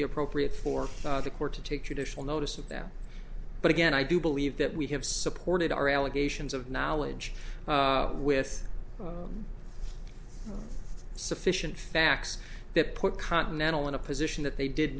be appropriate for the court to take traditional notice of them but again i do believe that we have supported our allegations of knowledge with sufficient facts that put continental in a position that they did